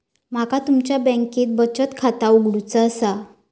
माका तुमच्या बँकेत बचत खाता उघडूचा असा?